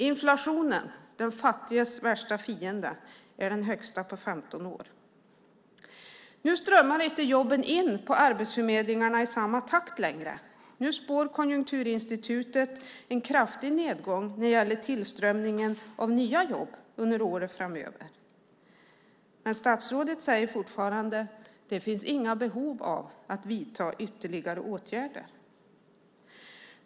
Inflationen, den fattiges värsta fiende, är den högsta på 15 år. Nu strömmar inte jobben in på arbetsförmedlingarna i samma takt längre. Nu spår Konjunkturinstitutet en kraftig nedgång i tillströmningen av nya jobb under åren framöver. Men statsrådet säger fortfarande: Det finns inga behov av att vidta ytterligare åtgärder.